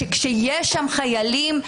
שכאשר יש שם חיילים,